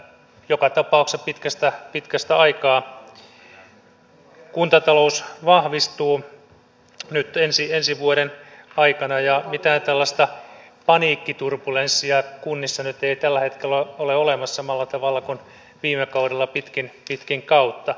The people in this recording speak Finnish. joka tapauksessa pitkästä aikaa kuntatalous vahvistuu nyt ensi vuoden aikana ja mitään tällaista paniikkiturbulenssia kunnissa nyt ei tällä hetkellä ole olemassa samalla tavalla kuin viime kaudella pitkin kautta